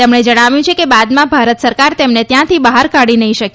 તેમણે જણાવ્યું છે કે બાદમાં ભારત સરકાર તેમને ત્યાંથી બહાર કાઢી નહી શકે